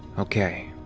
okay.